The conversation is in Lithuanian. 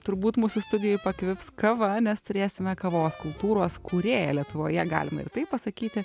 turbūt mūsų studijoje pakvips kava nes turėsime kavos kultūros kūrėją lietuvoje galima ir taip pasakyti